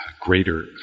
greater